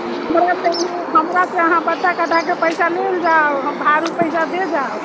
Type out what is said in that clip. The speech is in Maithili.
हमरा से हमरा से अहाँ कटाके पैसा लेल जाउ हम भारू पैसा दे जाउ